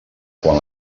quan